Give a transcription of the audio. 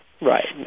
right